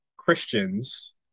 Christians